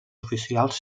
oficials